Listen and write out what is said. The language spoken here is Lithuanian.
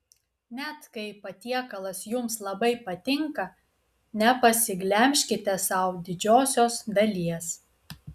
net kai patiekalas jums labai patinka nepasiglemžkite sau didžiosios dalies